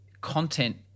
content